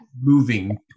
moving